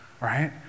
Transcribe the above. right